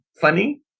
funny